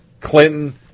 Clinton